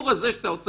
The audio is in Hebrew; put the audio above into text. הוא לא ינגן